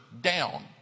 down